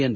N